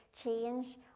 change